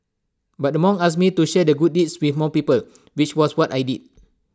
but the monk asked me to share the good deed with more people which was what I did